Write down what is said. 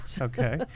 Okay